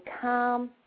calm